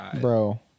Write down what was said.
bro